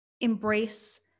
embrace